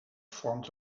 vormt